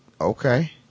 okay